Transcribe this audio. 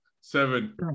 seven